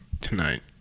Tonight